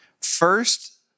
First